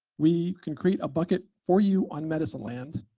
we can create a bucket for you on medicine land.